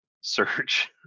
search